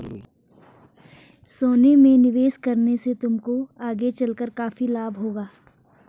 सोने में निवेश करने से तुमको आगे चलकर काफी लाभ होगा